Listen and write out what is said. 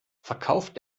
verkauft